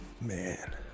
Man